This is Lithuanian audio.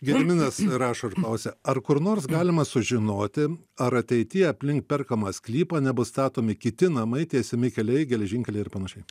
gediminas rašo ir klausia ar kur nors galima sužinoti ar ateity aplink perkamą sklypą nebus statomi kiti namai tiesiami keliai geležinkeliai ir panašiai